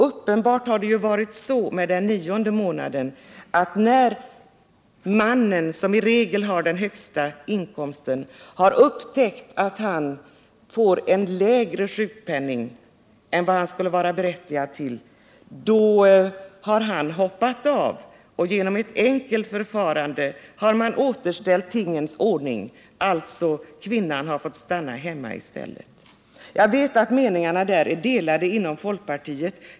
Uppenbarligen har det beträffande den nionde månaden varit så, att när mannen, som i regel har den högsta inkomsten, har upptäckt att han får en lägre sjukpenning än vad han skulle vara berättigad till har han hoppat av. Genom ett enkelt förfarande har man återställt tingens ordning, dvs. i stället har kvinnan fått stanna hemma. Jag vet att meningarna inom folkpartiet är delade härvidlag.